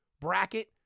bracket